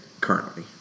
currently